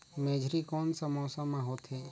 मेझरी कोन सा मौसम मां होथे?